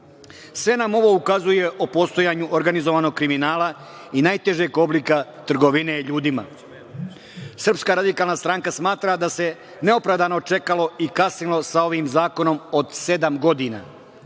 nam ovo ukazuje o postojanju organizovanog kriminala i najtežeg oblika trgovine ljudima. Srpska radikalna stranka smatra da se neopravdano čekalo i kasnilo sa ovim zakonom od sedam godina